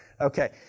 Okay